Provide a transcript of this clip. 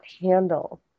handle